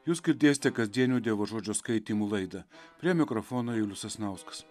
jūs girdėsite kasdienių dievo žodžio skaitymų laidą prie mikrofono julius sasnauskas